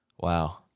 Wow